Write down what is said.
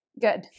Good